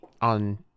on